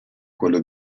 quello